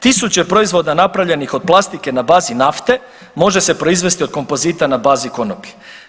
Tisuću proizvoda napravljenih od plastike na bazi nafte može se proizvesti od kompozita na bazi konoplje.